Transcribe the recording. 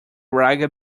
raga